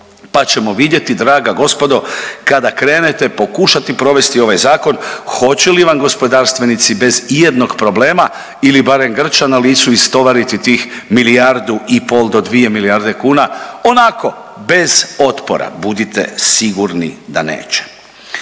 Pa ćemo vidjeti draga gospodo kada krenete pokušati provesti ovaj Zakon hoće li vam gospodarstvenici bez i jednog problema ili barem grča na licu istovariti tih milijardu i pol do 2 milijarde kuna onako bez otpora. Budite sigurni da neće.